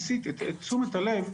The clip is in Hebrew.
המספר נמוך יחסית לגיל הזה באירופה,